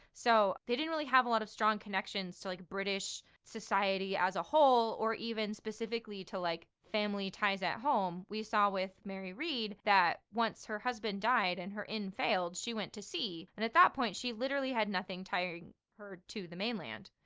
so they didn't really have a lot of strong connections to like british society as a whole or even specifically to like family ties at home we saw with mary read that once her husband died and her inn failed, she went to sea and at that point she literally had nothing tying her to the mainland.